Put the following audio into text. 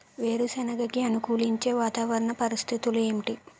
వేరుసెనగ కి అనుకూలించే వాతావరణ పరిస్థితులు ఏమిటి?